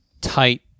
tight